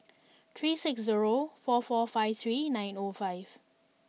three six zero four four five three nine O five